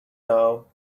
now